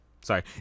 Sorry